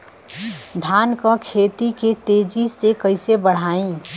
धान क खेती के तेजी से कइसे बढ़ाई?